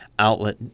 outlet